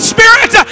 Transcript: Spirit